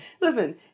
Listen